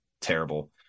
terrible